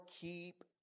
keep